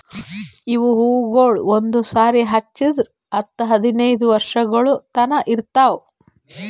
ಇವು ಹೂವುಗೊಳ್ ಒಂದು ಸಾರಿ ಹಚ್ಚುರ್ ಹತ್ತು ಹದಿನೈದು ವರ್ಷಗೊಳ್ ತನಾ ಇರ್ತಾವ್